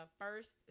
first